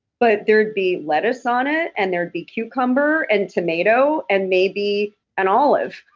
but there would be lettuce on it, and there would be cucumber, and tomato, and maybe an olive.